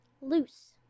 Loose